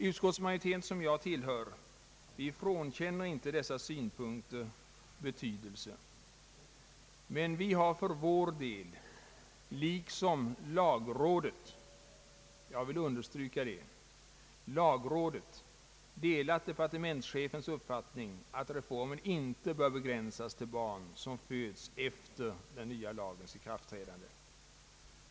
Utskottsmajoriteten, som jag tillhör, frånkänner inte dessa synpunkter betydelse, men vi har för vår del liksom lagrådet — jag vill understryka detta — delat departementschefens uppfattning, att reformen inte bör begränsas till barn som föds efter den nya lagens ikraftträdande.